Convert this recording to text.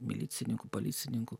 milicininkų policininkų